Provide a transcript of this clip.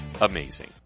amazing